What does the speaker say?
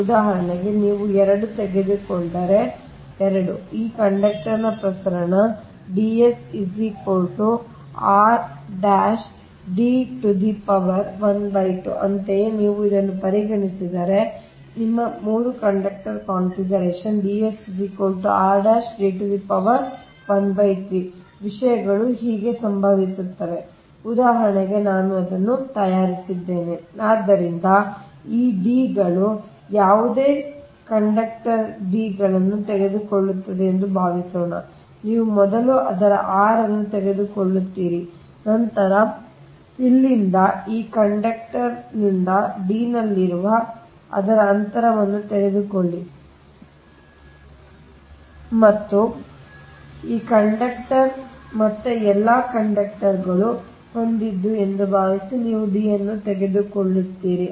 ಉದಾಹರಣೆಗೆ ನೀವು 2 ತೆಗೆದುಕೊಂಡರೆ 2 ಈ 2 ಕಂಡಕ್ಟರ್ ಪ್ರಕರಣ ಅಂತೆಯೇ ನೀವು ಇದನ್ನು ಪರಿಗಣಿಸಿದರೆ ಈ 3 ನಿಮ್ಮ 3 ಕಂಡಕ್ಟರ್ ಕಾನ್ಫಿಗರೇಶನ್ ವಿಷಯಗಳು ಹೇಗೆ ಸಂಭವಿಸುತ್ತವೆ ಉದಾಹರಣೆಗೆ ನಾನು ಅದನ್ನು ತಯಾರಿಸುತ್ತಿದ್ದೇನೆ ಆದ್ದರಿಂದ ಈ D ಗಳು ಯಾವುದೇ ಕಂಡಕ್ಟರ್ D ಗಳನ್ನು ತೆಗೆದುಕೊಳ್ಳುತ್ತದೆ ಎಂದು ಭಾವಿಸೋಣ ನೀವು ಮೊದಲು ಅದರ r ಅನ್ನು ತೆಗೆದುಕೊಳ್ಳುತ್ತೀರಿ ನಂತರ ಇಲ್ಲಿಂದ ಈ ಕಂಡಕ್ಟರ್ನಿಂದ d ನಲ್ಲಿರುವ ಅದರ ಅಂತರವನ್ನು ತೆಗೆದುಕೊಳ್ಳಿ ಮತ್ತು ಈ ಕಂಡಕ್ಟರ್ ಮತ್ತೆ ಎಲ್ಲಾ ಕಂಡಕ್ಟರ್ಗಳು ಹೊಂದಿದ್ದು ಎಂದು ಭಾವಿಸಿ ನೀವು d ಅನ್ನು ತೆಗೆದುಕೊಳ್ಳುತ್ತೀರಿ